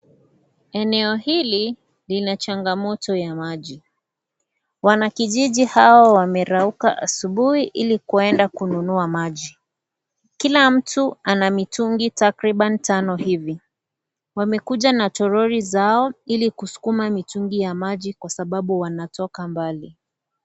Eneo hili lina changamoto ya maji. Wanakijiji hao wamerauka asubuhi ili kuenda kununua maji. Kila mtu ana mitungi takriban tano hivi. Wamekuja na toroli zao ili kusukuma mitungi ya maji kwa sababu wanatoka mbali.